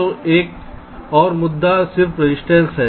तो एक और मुद्दा संपर्क रजिस्टेंस है